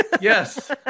Yes